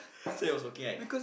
so he was working right